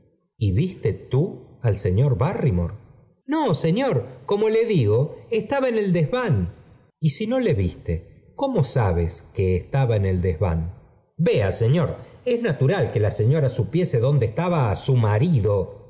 seguida viste tú al señor barrymore señor como le digo estaba en el des y si no le viste cómo sabes que estaba en él deteván vea señor es natural que la señora supiese dónde estaba su